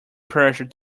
pressure